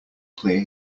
clear